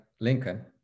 lincoln